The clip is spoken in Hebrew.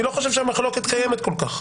אני לא חושב שהמחלוקת קיימת כל כך.